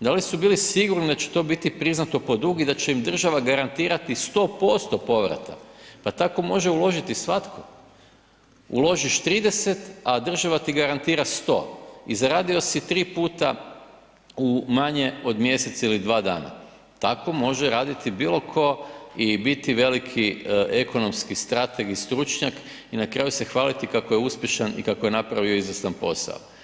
da li su bili sigurni da će to biti priznato pod dug i da će im država garantirati 100% povrata, pa tako može uložiti svatko, uložiš 30, a država ti garantira 100 i zaradio si 3 puta u manje od mjesec ili dva dana, tako može raditi bilo tko i biti veliki ekonomski strateg i stručnjak i na kraju se hvaliti kako je uspješan i kako je napravio izvrstan posao.